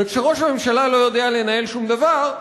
וכשראש הממשלה לא יודע לנהל שום דבר,